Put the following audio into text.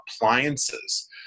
appliances